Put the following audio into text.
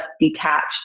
detached